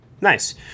Nice